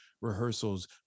rehearsals